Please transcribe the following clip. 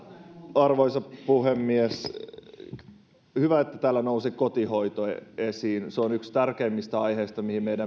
arvoisa puhemies hyvä että täällä nousi kotihoito esiin se on yksi tärkeimmistä aiheista mistä meidän